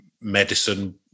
medicine